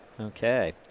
Okay